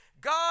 God